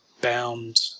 bound